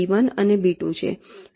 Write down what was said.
આ B1 B2 અને B3 block છે